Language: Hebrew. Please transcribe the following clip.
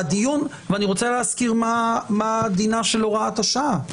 ואני רוצה להזכיר מה דינה של הוראת השעה.